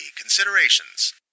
considerations